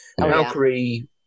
valkyrie